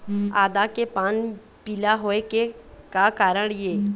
आदा के पान पिला होय के का कारण ये?